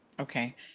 Okay